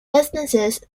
businesses